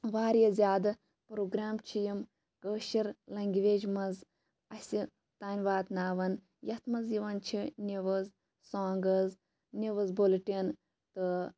واریاہ زیادٕ پروگرام چھِ یِم کٲشٕر لینٛگویج مَنٛز اَسہِ تانۍ واتناوان یَتھ مَنٛز یِوان چھِ نِوٕز سانٛگٕز نِوٕز بُلِٹن تہٕ